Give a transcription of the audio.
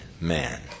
man